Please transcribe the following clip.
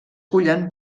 cullen